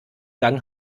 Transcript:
gang